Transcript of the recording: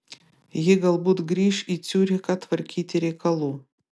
ji galbūt grįš į ciurichą tvarkyti reikalų